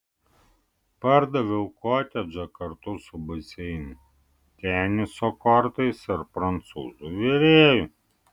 pardaviau kotedžą kartu su baseinu teniso kortais ir prancūzų virėju